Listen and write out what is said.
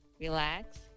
relax